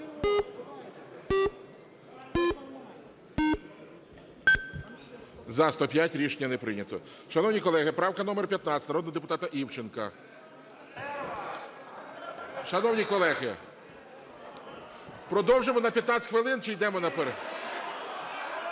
За-105 Рішення не прийнято. Шановні колеги, правка номер 15 народного депутата Івченка. (Шум у залі) Шановні колеги, продовжимо на 15 хвилин чи йдемо на перерву?